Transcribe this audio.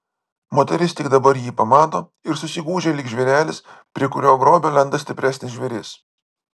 moteris tik dabar jį pamato ir susigūžia lyg žvėrelis prie kurio grobio lenda stipresnis žvėris